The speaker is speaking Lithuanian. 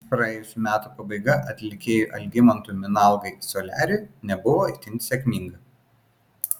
praėjusių metų pabaiga atlikėjui algimantui minalgai soliariui nebuvo itin sėkminga